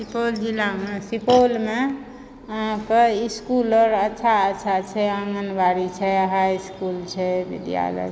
सुपौल जिलामे सुपौलमे अहाँकऽ इस्कूल आओर अच्छा अच्छा छै आँगनबाड़ी छै हाइइस्कूल छै विद्यालय